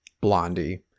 Blondie